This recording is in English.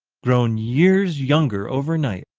grown years younger overnight,